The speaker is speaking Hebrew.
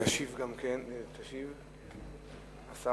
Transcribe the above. הצעה מס'